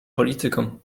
politykom